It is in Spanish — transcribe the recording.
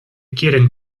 quieren